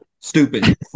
stupid